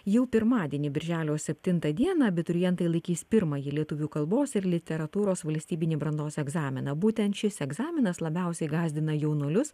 jau pirmadienį birželio septintą dieną abiturientai laikys pirmąjį lietuvių kalbos ir literatūros valstybinį brandos egzaminą būtent šis egzaminas labiausiai gąsdina jaunuolius